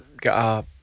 got